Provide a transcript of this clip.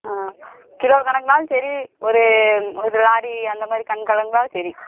ஆ kilo கணக்குனாலும் சரி ஒரு ஒரு லாரி அந்தமாதிரி கண்கலம்புனாலும் சரி